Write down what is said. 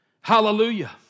Hallelujah